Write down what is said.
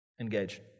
engage